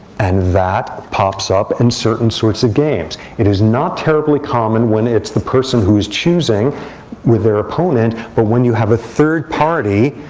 and that pops up in and certain sorts of games. it is not terribly common when it's the person who is choosing with their opponent. but when you have a third party,